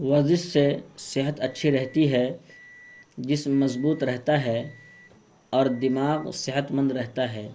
ورزش سے صحت اچھی رہتی ہے جسم مضبوط رہتا ہے اور دماغ صحت مند رہتا ہے